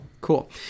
Cool